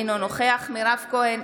אינו נוכח מירב כהן,